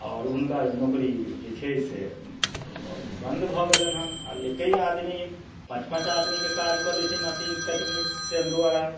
आओर हुनकर नौकरी जे छै से बन्द भऽ गेलनि हन आओर एके आदमी पाँच पाँच आदमीके काज कऽ लै छै मशीन टेकनीशियन द्वारा